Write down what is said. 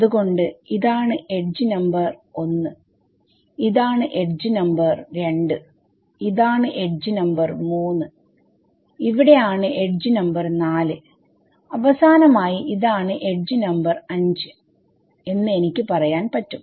അതുകൊണ്ട് ഇതാണ് edge number 1 ഇതാണ് എഡ്ജ് നമ്പർ 2 ഇതാണ് എഡ്ജ് നമ്പർ 3 ഇവിടെയാണ് എഡ്ജ് നമ്പർ4 അവസാനമായി ഇതാണ് എഡ്ജ് നമ്പർ 5 എന്ന് എനിക്ക് പറയാൻ പറ്റും